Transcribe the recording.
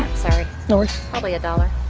sorry. no worries. probably a dollar.